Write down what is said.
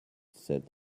said